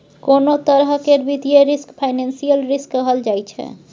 कोनों तरह केर वित्तीय रिस्क फाइनेंशियल रिस्क कहल जाइ छै